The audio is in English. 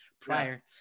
prior